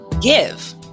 give